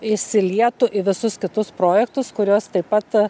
įsilietų į visus kitus projektus kuriuos taip pat